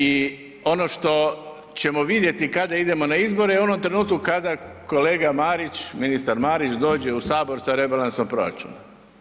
I ono što ćemo vidjeti kada idemo na izbore, u onom trenutku kada kolega Marić, ministar Marić dođe u Sabor sa rebalansom proračuna.